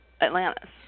Atlantis